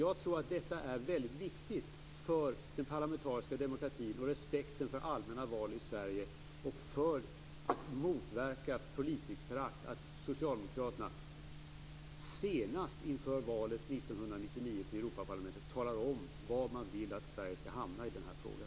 Jag tror att det är väldigt viktigt för den parlamentariska demokratin och för respekten för allmänna val i Sverige, liksom för att motverka politikerförakt, att Socialdemokraterna senast inför valet 1999 till Europaparlamentet talar om var man vill att Sverige skall hamna i den här frågan.